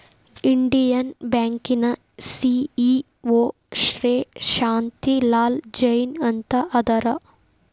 Indian ಬ್ಯಾಂಕಿನ CEO Shri Shanti Lal Jain ಅಂತ ಅದಾರ